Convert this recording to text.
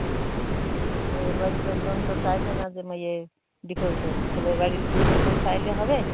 হ্যাঁ মেয়ের বাড়ির লোকজন তো চাইছে না যে মেয়ে ডিভোর্স দিক ছেলের বাড়ির লোকজন চাইলে হবে